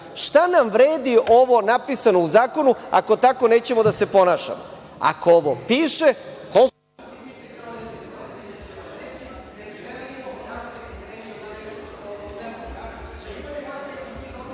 Šta nam vredi ovo napisano u zakonu ako tako nećemo da se ponašamo. Ako ovo piše,